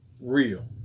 Real